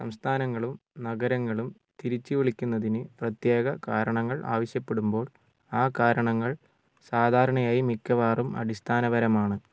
സംസ്ഥാനങ്ങളും നഗരങ്ങളും തിരിച്ചുവിളിക്കുന്നതിന് പ്രത്യേക കാരണങ്ങൾ ആവശ്യപ്പെടുമ്പോൾ ആ കാരണങ്ങള് സാധാരണയായി മിക്കവാറും അടിസ്ഥാനപരമാണ്